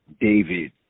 david